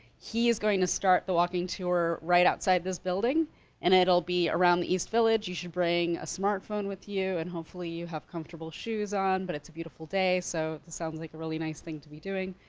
he is going to start the walking tour right outside this building and it'll be around the east village. you should bring a smartphone with you and hopefully you have comfortable shoes on but it's a beautiful day so this sounds like a really nice thing to be doing.